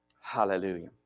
Hallelujah